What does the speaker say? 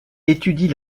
étudie